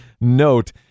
note